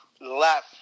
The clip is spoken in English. left